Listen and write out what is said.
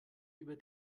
über